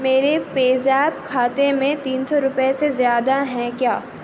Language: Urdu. میرے پے زیپ کھاتے میں تین سو روپیے سے زیادہ ہیں کیا